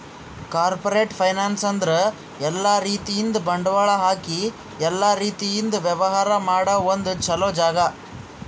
corporate finance ಅಂದ್ರ ಎಲ್ಲಾ ರೀತಿಯಿಂದ್ ಬಂಡವಾಳ್ ಹಾಕಿ ಎಲ್ಲಾ ರೀತಿಯಿಂದ್ ವ್ಯವಹಾರ್ ಮಾಡ ಒಂದ್ ಚೊಲೋ ಜಾಗ